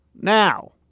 now